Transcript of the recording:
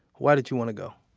why did you want to go?